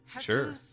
Sure